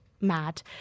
mad